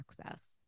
access